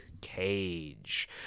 Cage